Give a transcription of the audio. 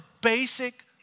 basic